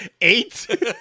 Eight